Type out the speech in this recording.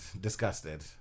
disgusted